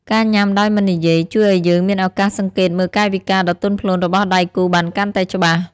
ការញ៉ាំដោយមិននិយាយ ជួយឱ្យយើងមានឱកាសសង្កេតមើលកាយវិការដ៏ទន់ភ្លន់របស់ដៃគូបានកាន់តែច្បាស់។